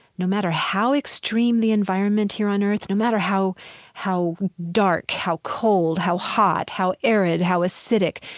no matter how extreme the environment here on earth, no matter how how dark, how cold, how hot, how arid, how acidic,